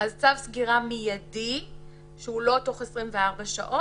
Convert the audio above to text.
-- אז צו סגירה מיידי שהוא לא תוך 24 שעות